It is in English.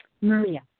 Maria